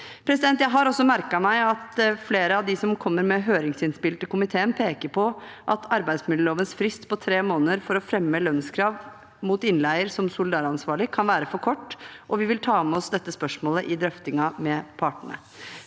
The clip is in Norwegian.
Jeg har også merket meg at flere av dem som kommer med høringsinnspill til komiteen, peker på at arbeidsmiljølovens frist på tre måneder for å fremme lønnskrav mot innleier som solidaransvarlig kan være for kort, og vi vil ta med oss dette spørsmålet i drøftingene med partene.